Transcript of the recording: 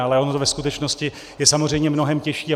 Ale ono to ve skutečnosti je samozřejmě mnohem těžší.